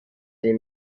des